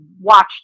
watched